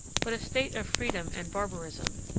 but a state of freedom and barbarism,